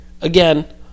Again